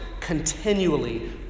continually